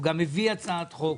הוא גם מביא הצעת חוק.